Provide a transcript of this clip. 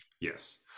Yes